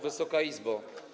Wysoka Izbo!